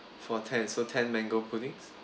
for ten so ten mango puddings